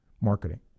marketing